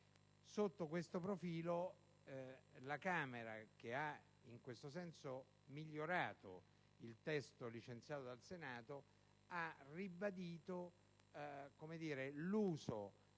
Sotto questo profilo, la Camera, che ha in questo senso migliorato il testo licenziato dal Senato, ha ribadito la